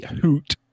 hoot